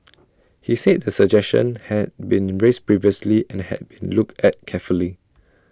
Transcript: he said the suggestion had been raised previously and had been looked at carefully